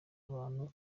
abantu